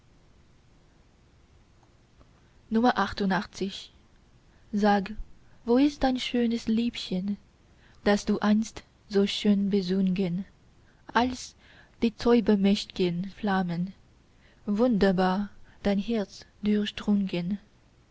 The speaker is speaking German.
sag wo ist dein schönes liebchen das du einst so schön besungen als die zaubermächtgen flammen wunderbar dein herz